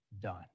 done